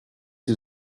sie